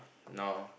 now